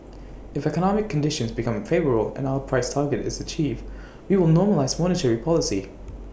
if economic conditions become favourable and our price target is achieved we will normalise monetary policy